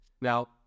now